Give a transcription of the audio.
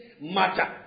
matter